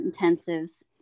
intensives